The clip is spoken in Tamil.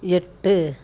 எட்டு